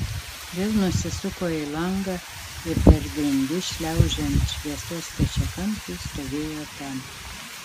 vėl nusisuko į langą ir per grindis šliaužiant šviesos stačiakampiui stovėjo ten